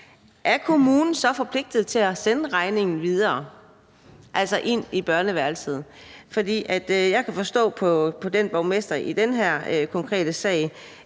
nogle sager forpligtet til at sende regningen videre og ind i børneværelset? For jeg kan forstå, at borgmesteren i den her konkrete sag